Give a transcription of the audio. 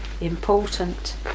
important